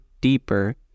deeper